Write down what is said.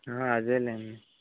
అదేలేండి